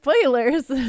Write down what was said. spoilers